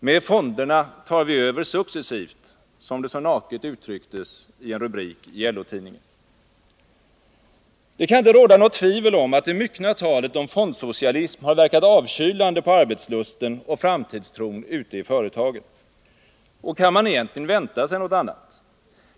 ”Med fonderna tar vi över successivt”, som det så naket uttrycktes i en rubrik i LO-tidningen. Det kan inte råda något tvivel om att det myckna talet om fondsocialism har verkat avkylande på arbetslusten och framtidstron ute i företagen. Och kan man egentligen vänta sig något annat?